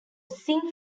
sing